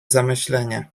zamyślenie